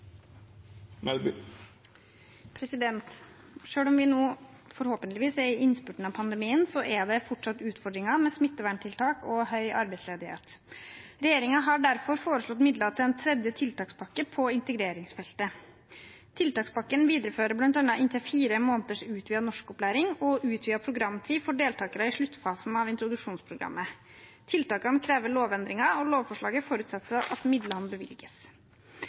fortsatt utfordringer med smitteverntiltak og høy arbeidsledighet. Regjeringen har derfor foreslått midler til en tredje tiltakspakke på integreringsfeltet. Tiltakspakken viderefører bl.a. inntil fire måneders utvidet norskopplæring og utvidet programtid for deltakere i sluttfasen av introduksjonsprogrammet. Tiltakene krever lovendringer, og lovforslaget forutsetter at midlene bevilges.